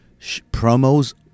promos